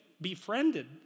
befriended